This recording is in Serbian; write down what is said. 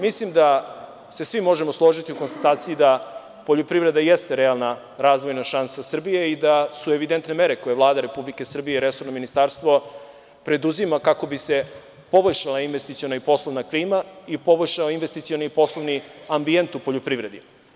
Mislimo da se svi možemo složiti u konstataciji da poljoprivreda jeste realna razvojna šansa Srbije i da su evidentne mere koje Vlada Republike Srbije i resorno ministarstvo preduzima kako bi se poboljšala investiciona i poslovna klima i poboljšao investicioni i poslovni ambijent u poljoprivredi.